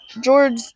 George